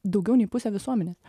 daugiau nei pusė visuomenė